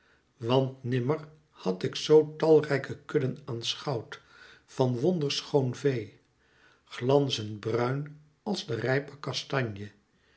want nimmer had ik zoo talrijke kudden aanschouwd van wonderschoon vee glanzend bruin als de rijpe